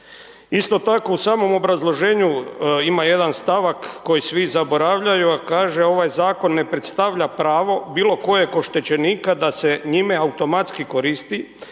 Isto tako u samom obrazloženju ima jedan stavak koji svi zaboravljaju, a kaže ovaj zakon ne predstavlja bilo kojeg oštećenika da se njime automatski koristi